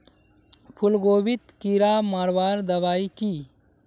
फूलगोभीत कीड़ा मारवार दबाई की?